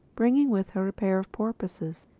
bringing with her a pair of porpoises.